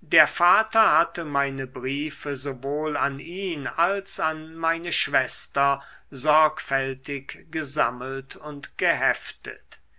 der vater hatte meine briefe sowohl an ihn als an meine schwester sorgfältig gesammelt und geheftet